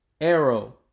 Arrow